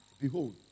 Behold